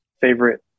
favorite